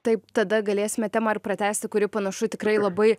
taip tada galėsime temą ir pratęsti kuri panašu tikrai labai